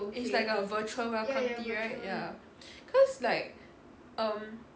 it's like a virtual welcome tea right ya cause like um